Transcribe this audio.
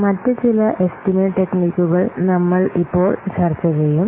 മറ്റ് ചില എസ്റ്റിമേറ്റ് ടെക്നിക്കുകൾ നമ്മൾ ഇപ്പോൾ ചർച്ച ചെയ്യും